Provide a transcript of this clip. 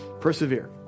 Persevere